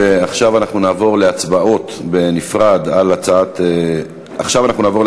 עכשיו אנחנו נעבור להצבעה על הצעת חוק